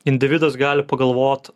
individas gali pagalvot